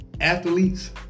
athletes